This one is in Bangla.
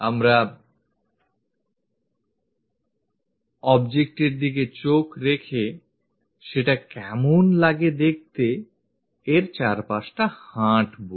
আমরা object এর দিকে চোখ রেখে সেটা কেমন লাগে দেখতে এর চারপাশে হাঁটবো